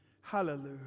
Hallelujah